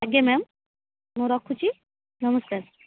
ଆଜ୍ଞା ମ୍ୟାମ୍ ମୁଁ ରଖୁଛି ନମସ୍କାର